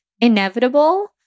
inevitable